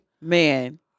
Man